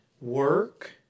work